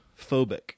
phobic